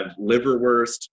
liverwurst